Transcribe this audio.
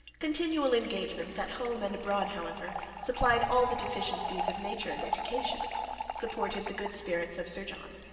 continual engagements at home and abroad, however, supplied all the deficiencies of nature and education supported the good spirits of sir john,